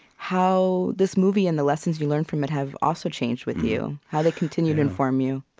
how this movie and the lessons you learn from it have also changed with you, how they continue to inform you?